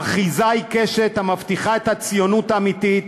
האחיזה העיקשת המבטיחה את הציונות האמיתית,